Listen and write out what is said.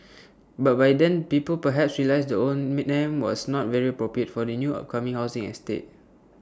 but by then people perhaps realised the own name was not very appropriate for the new upcoming housing estate